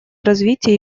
развитие